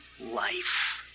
life